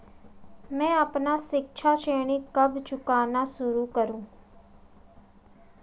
मैं अपना शिक्षा ऋण कब चुकाना शुरू करूँ?